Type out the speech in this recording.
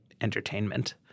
entertainment